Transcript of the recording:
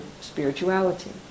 spirituality